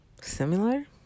similar